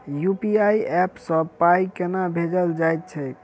UPI app सँ पाई केना भेजल जाइत छैक?